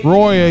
Roy